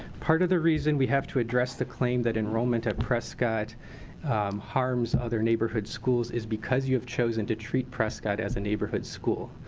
part of the reason we have to address the claim that enrollment at prescott harms other neighborhood schools is because you have chosen to treat prescott as a neighborhood school.